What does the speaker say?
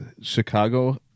Chicago